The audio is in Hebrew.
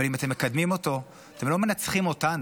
אבל אם אתם מקדמים אותו, אתם לא מנצחים אותנו,